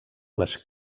les